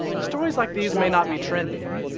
stories like these may not be trending,